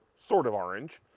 sort of orange.